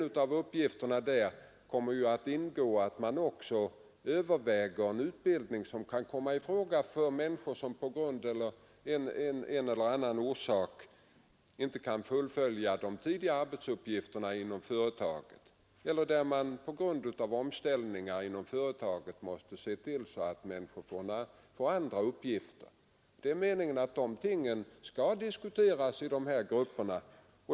Bland uppgifterna där ingår att överväga en utbildning, som kan komma i fråga för människor vilka av en eller annan orsak inte kan fullfölja sina tidigare arbetsuppgifter inom företaget eller som på grund av omställningar inom företaget måste ges andra uppgifter. Meningen är att dessa ting skall diskuteras inom anpassningsgrupperna.